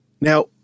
Now